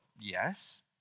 yes